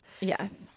Yes